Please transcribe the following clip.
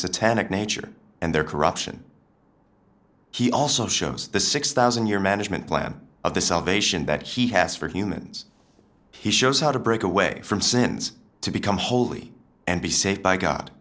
satanic nature and their corruption he also shows the six thousand year management plan of the salvation that he has for humans he shows how to break away from sins to become holy and be saved by god